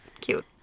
Cute